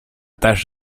tâche